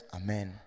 Amen